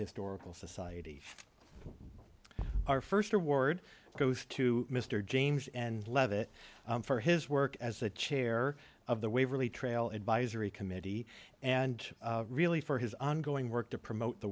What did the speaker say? historical society our first award goes to mr james and levitt for his work as the chair of the waverly trail advisory committee and really for his ongoing work to promote the